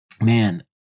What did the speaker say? man